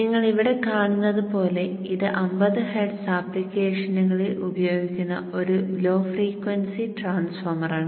നിങ്ങൾ ഇവിടെ കാണുന്നത് പോലെ ഇത് 50 ഹെർട്സ് ആപ്ലിക്കേഷനുകളിൽ ഉപയോഗിക്കുന്ന ഒരു ലോ ഫ്രീക്വൻസി ട്രാൻസ്ഫോർമറാണ്